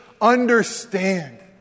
understand